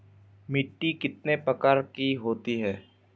मिट्टी कितने प्रकार की होती हैं?